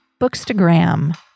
Bookstagram